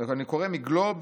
אני קורא מגלובס.